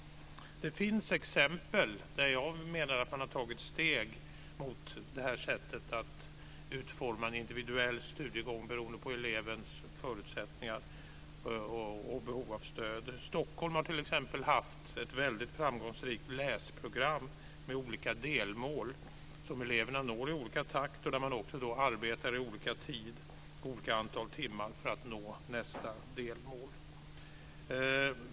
Det finns exempel där jag menar att man har tagit steg mot detta sätt att utforma en individuell studiegång beroende på elevens förutsättningar och behov av stöd. Stockholm har t.ex. haft ett framgångsrikt läsprogram med olika delmål som eleverna når i olika takt. Man arbetar då också med olika antal timmar för att nå nästa delmål.